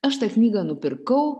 aš tą knygą nupirkau